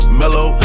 mellow